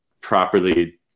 properly